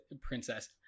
Princess